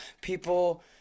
people